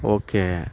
okay